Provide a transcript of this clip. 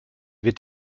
wird